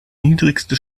niedrigste